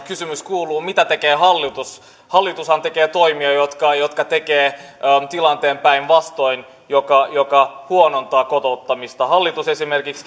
kysymys kuuluu mitä tekee hallitus hallitushan tekee toimia jotka jotka tekevät päinvastoin jotka huonontavat kotouttamista hallitus esimerkiksi